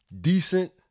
decent